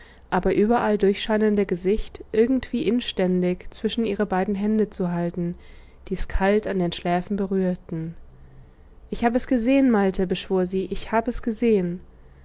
aber überall durchscheinende gesicht irgendwie inständig zwischen ihre beiden hände zu halten die es kalt an den schläfen berührten ich hab es gesehen malte beschwor sie ich hab es gesehen